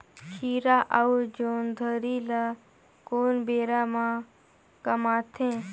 खीरा अउ जोंदरी ल कोन बेरा म कमाथे?